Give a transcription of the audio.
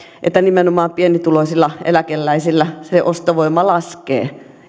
että nimenomaan pienituloisilla eläkeläisillä se ostovoima laskee